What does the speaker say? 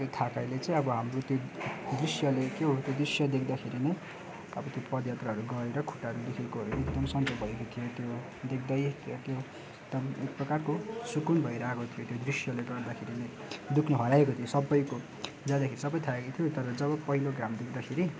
त्यो थकाइले चाहिँ अब हाम्रो त्यो दृश्यले के हो त्यो दृश्य देख्दाखेरि नै अब त्यो पदयात्राहरू गरेर खुट्टाहरू दुखेकोहरू एकदम सन्च भइगएको थियो देख्दै त्यो के हो एकदम एक प्रकारको सुकुन भइरहेको थियो त्यो दृश्यले गर्दाखेरि नै दुख्न हराएको थियो सबैको जाँदाखेरि सबै थाकेको थियो तर जब पहिलो घाम देख्दाखेरि